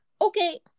okay